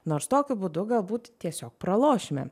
nors tokiu būdu galbūt tiesiog pralošime